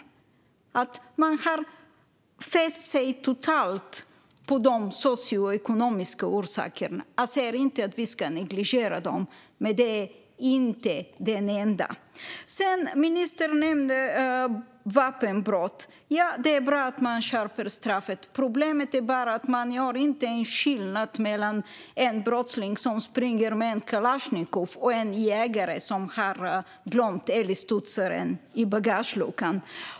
Man har fäst sig totalt vid de socioekonomiska orsakerna. Jag säger inte att vi ska negligera dem, men de är inte de enda. Ministern nämnde vapenbrott. Det är bra att man skärper straffet. Problemet är bara att man inte gör skillnad mellan en brottsling som springer med en kalasjnikov och en jägare som har glömt älgstudsaren i bagageluckan.